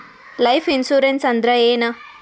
Life insurance ಅಂದ್ರ ಏನ?